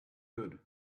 good